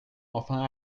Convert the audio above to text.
enfin